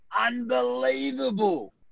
unbelievable